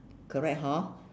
correct hor